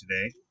today